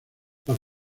las